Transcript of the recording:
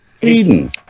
Eden